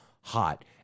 hot